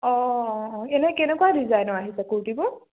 অঁ এনে কেনেকুৱা ডিজাইনৰ আহিছে কুৰ্টিবোৰ